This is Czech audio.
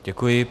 Děkuji.